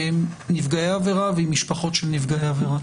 נפגעי העבירה ועם המשפחות של נפגעי העבירה.